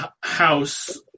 house